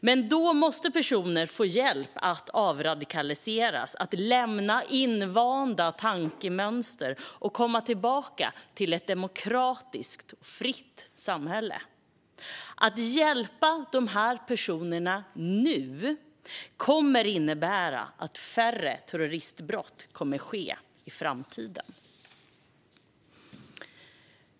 Men då måste personer få hjälp att avradikaliseras, att lämna invanda tankemönster och komma tillbaka till ett demokratiskt och fritt samhälle. Att hjälpa de här personerna nu kommer att innebära att färre terroristbrott kommer att ske i framtiden.